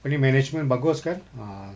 apa ni management bagus kan ah